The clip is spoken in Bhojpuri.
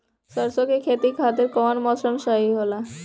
सरसो के खेती के खातिर कवन मौसम सही होला?